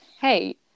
hey